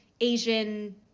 Asian